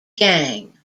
gang